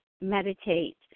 meditate